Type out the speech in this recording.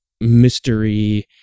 mystery